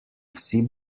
vsi